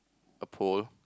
a pole